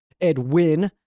Edwin